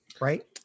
right